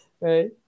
Right